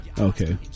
Okay